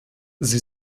sie